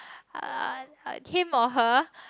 uh him or her